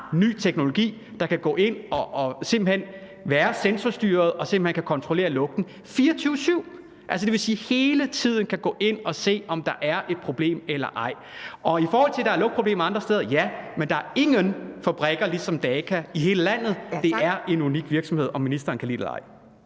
ny teknologi, der kan gå ind og simpelt hen være sensorstyret og kan kontrollere lugten 24-7. Altså, det vil sige, at den hele tiden kan gå ind og se, om der er et problem eller ej. I forhold til at der er lugtproblemer andre steder, vil jeg sige, at ja, men der er ingen fabrikker ligesom Daka i hele landet. Det er en unik virksomhed, om ministeren kan lide det